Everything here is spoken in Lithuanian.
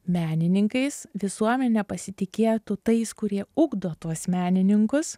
menininkais visuomenė pasitikėtų tais kurie ugdo tuos menininkus